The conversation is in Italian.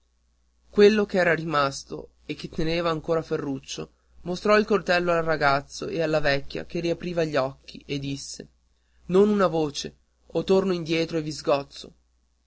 quello che era rimasto e che teneva ancora ferruccio mostrò il coltello al ragazzo e alla vecchia che riapriva gli occhi e disse non una voce o torno indietro e vi sgozzo